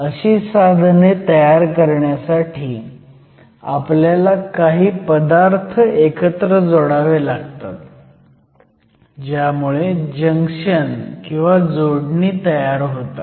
अशी साधने तयार करण्यासाठी आपल्याला काही पदार्थ एकत्र जोडावे लागतात ज्यामुळे जंक्शन किंवा जोडणी तयार होतात